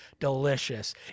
delicious